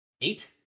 eight